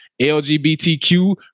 LGBTQ